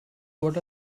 what